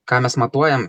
ką mes matuojam